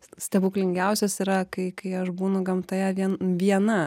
s stebuklingiausios yra kai kai aš būnu gamtoje vien viena